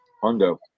Hondo